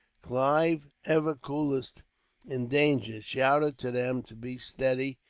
clive, ever coolest in danger, shouted to them to be steady,